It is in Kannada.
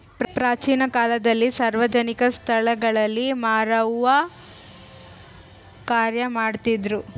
ಪ್ರಾಚೀನ ಕಾಲದಲ್ಲಿ ಸಾರ್ವಜನಿಕ ಸ್ಟಳಗಳಲ್ಲಿ ಮಾರುವ ಕಾರ್ಯ ಮಾಡ್ತಿದ್ರು